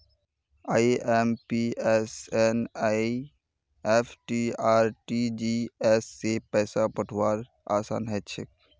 IMPS NEFT RTGS स पैसा पठऔव्वार असान हछेक